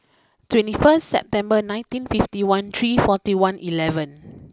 twenty four September nineteen fifty one three forty one eleven